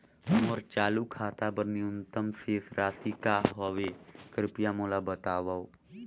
मोर चालू खाता बर न्यूनतम शेष राशि का हवे, कृपया मोला बतावव